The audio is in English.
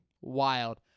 wild